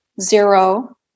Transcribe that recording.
zero